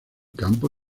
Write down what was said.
campo